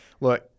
Look